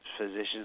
Physicians